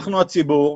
אנחנו הציבור,